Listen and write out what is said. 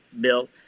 Bill